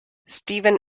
stephen